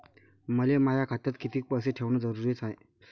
मले माया खात्यात कितीक पैसे ठेवण जरुरीच हाय?